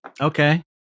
Okay